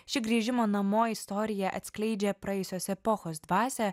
ši grįžimo namo istorija atskleidžia praėjusios epochos dvasią